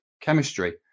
chemistry